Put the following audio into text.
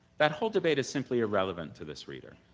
that whole debate is simply irrelevant to this reader.